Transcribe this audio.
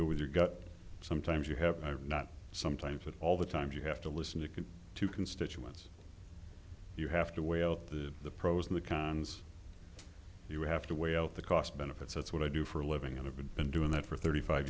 go with your gut sometimes you have not sometimes at all the times you have to listen to to constituents you have to weigh out the the pros and the cons you have to weigh out the cost benefits that's what i do for a living and have been doing that for thirty five